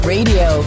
Radio